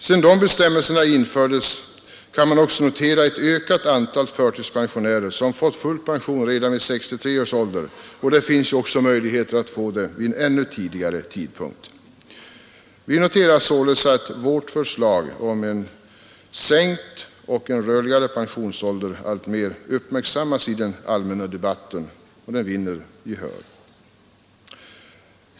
Sedan de bestämmelserna infördes har man också kunnat notera ett ökat antal förtidspensionärer som fått full pension redan vid 63 års ålder, och det finns möjlighet att få pension vid en ännu tidigare tidpunkt. Vi noterar således att vårt förslag om en sänkt och rörligare pensionsålder alltmer uppmärksammas i den allmänna debatten och vinner gehör.